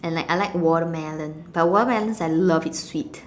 and like I like watermelons but watermelons I love it sweet